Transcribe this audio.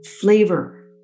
flavor